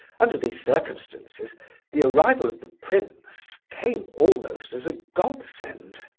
under these circumstances the arrival of the prince came almost as a godsend.